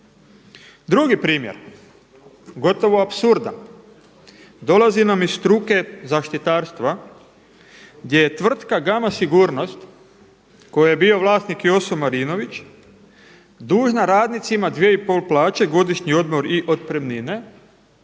Drugi primjer, gotovo apsurda dolazi nam iz struke zaštitarstva gdje je tvrtka „Gama sigurnost“ kojoj je bio vlasnik Joso Marinović dužna radnicima 2,5 plaće, godišnji odmor i otpremnine